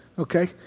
Okay